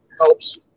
helps –